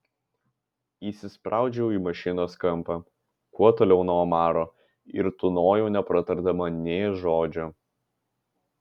įsispraudžiau į mašinos kampą kuo toliau nuo omaro ir tūnojau nepratardama nė žodžio